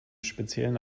speziellen